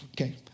okay